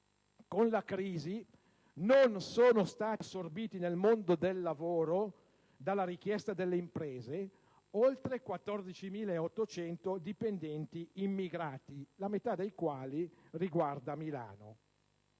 con la crisi, non sono stati assorbiti nel mondo del lavoro dalla richiesta delle imprese oltre 14.800 dipendenti immigrati, la metà dei quali riguarda Milano.